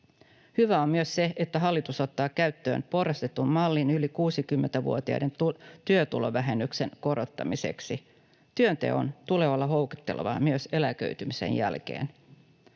Hyvää on myös se, että hallitus ottaa käyttöön porrastetun mallin yli 60-vuotiaiden työtulovähennyksen korottamiseksi. Työnteon tulee olla houkuttelevaa myös eläköitymisen jälkeen.